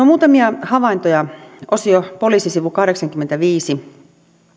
muutamia havaintoja osio poliisi sivu kahdeksankymmentäviisi